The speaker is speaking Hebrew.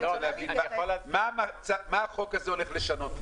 ולכן לא ברור מה החשש הגדול,